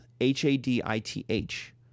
H-A-D-I-T-H